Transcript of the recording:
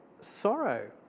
sorrow